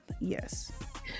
Yes